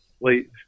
late